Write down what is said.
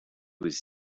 was